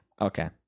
Okay